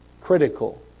critical